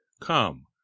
come